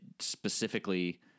specifically